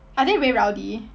are they very rowdy